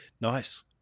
Nice